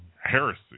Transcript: heresy